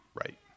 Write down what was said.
right